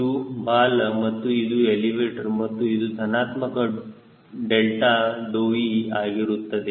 ಇದು ಬಾಲ ಮತ್ತು ಇದು ಎಲಿವೇಟರ್ ಮತ್ತು ಇದು ಧನಾತ್ಮಕ ∆𝛿𝑒 ಆಗಿರುತ್ತದೆ